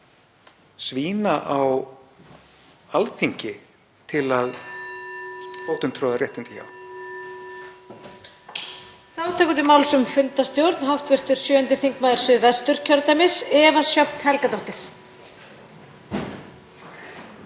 svína á Alþingi til að fótumtroða réttindi hjá?